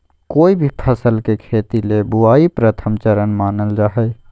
कोय भी फसल के खेती ले बुआई प्रथम चरण मानल जा हय